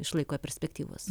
iš laiko perspektyvos